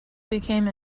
became